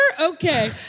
Okay